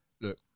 Look